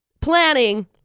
Planning